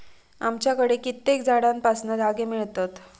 आमच्याकडे कित्येक झाडांपासना धागे मिळतत